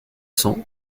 cents